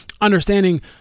understanding